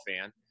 fan